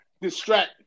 distract